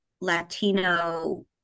Latino